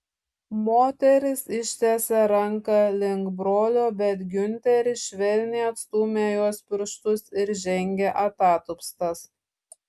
moteris ištiesė ranką link brolio bet giunteris švelniai atstūmė jos pirštus ir žengė atatupstas